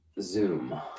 Zoom